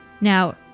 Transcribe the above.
Now